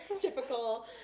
typical